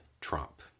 Trump